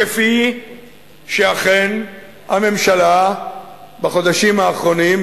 כפי שאכן הממשלה בחודשים האחרונים,